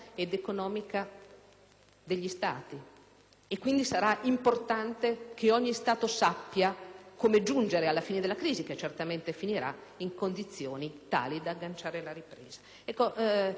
degli Stati. Sarà quindi importante che ogni Stato sappia come giungere alla fine della crisi (che certamente finirà) in condizioni tali da agganciare la ripresa.